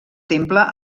temple